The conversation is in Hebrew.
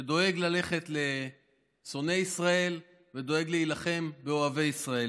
שדואג ללכת לשונאי ישראל ודואג להילחם באוהבי ישראל,